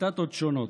ציטטות שונות: